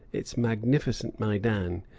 its magnificent maidan,